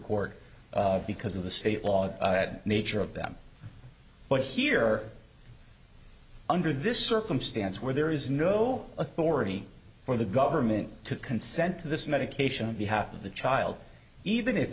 court because of the state law of nature of them but here under this circumstance where there is no authority for the government to consent to this medication behalf of the child even if